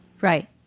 Right